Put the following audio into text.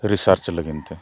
research